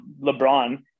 lebron